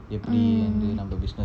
mm